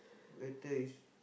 better is